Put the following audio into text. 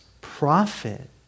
prophet